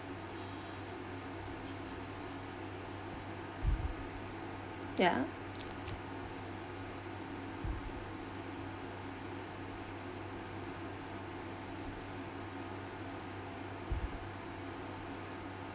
ya